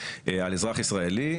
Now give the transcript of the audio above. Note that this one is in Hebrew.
על אזרח ישראלי,